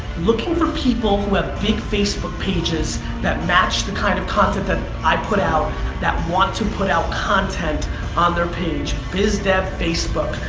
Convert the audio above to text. looking for people who have big facebook pages that match the kind of content that i put out that want to put out content on their page. biz dev facebook.